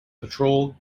patrol